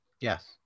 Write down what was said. Yes